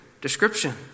description